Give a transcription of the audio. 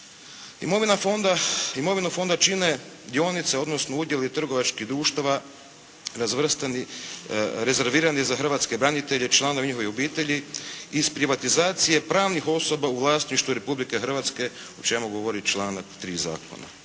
imovinu fonda čine dionice, odnosno udjeli trgovačkih društava, razvrstani, rezervirani za hrvatske branitelje, članove njihovih obitelji, iz privatizacije pravnih osoba u vlasništvu Republike Hrvatske o čemu govori članak 3 zakona.